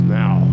now